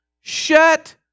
Shut